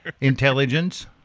Intelligence